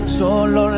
solo